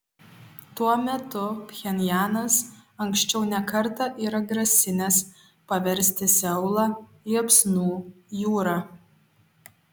tuo metu pchenjanas anksčiau ne kartą yra grasinęs paversti seulą liepsnų jūra